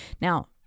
Now